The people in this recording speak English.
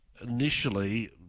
initially